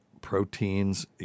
proteins